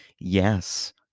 Yes